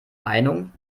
meinung